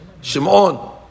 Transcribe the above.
Shimon